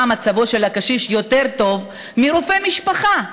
מצבו של הקשיש טוב יותר מרופא המשפחה.